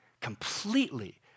Completely